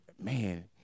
man